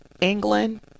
England